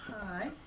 Hi